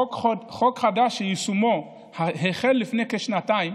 חוק חדש שיישומו החל לפני כשנתיים.